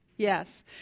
Yes